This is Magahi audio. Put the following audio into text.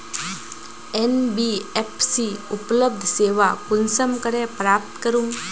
एन.बी.एफ.सी उपलब्ध सेवा कुंसम करे प्राप्त करूम?